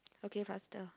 okay faster